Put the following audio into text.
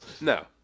No